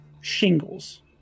shingles